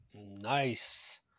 Nice